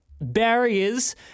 barriers